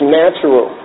natural